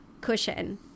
cushion